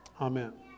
Amen